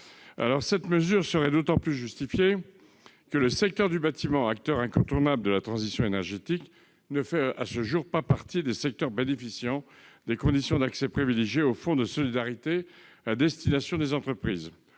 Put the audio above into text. Cette mesure serait d'autant plus justifiée que le secteur du bâtiment, acteur incontournable de la transition énergétique, ne fait pas partie des secteurs bénéficiant de conditions d'accès privilégiées au fonds de solidarité à destination des entreprises,